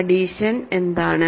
addition എന്താണ്